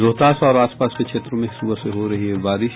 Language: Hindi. रोहतास और आस पास के क्षेत्रों में सुबह से हो रही है बारिश